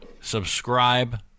subscribe